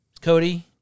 Cody